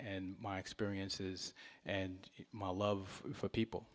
and my experiences and my love for people